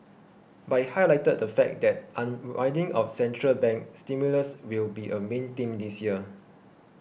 but it highlighted the fact that unwinding of central bank stimulus will be a main theme this year